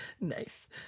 nice